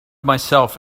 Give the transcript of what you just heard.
myself